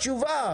תשובה.